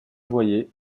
boyer